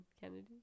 Kennedy